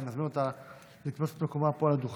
ואני מזמין אותה לתפוס את מקומה פה על הדוכן.